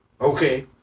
Okay